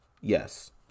Yes